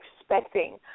expecting